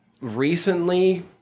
Recently